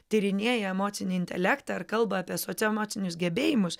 tyrinėję emocinį intelektą ar kalba apie socioemocinius gebėjimus